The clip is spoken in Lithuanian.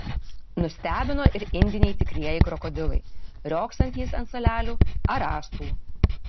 nustebino ir indiniai tikrieji krokodilai riogsantys ant salelių ar rąstų